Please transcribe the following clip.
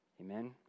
Amen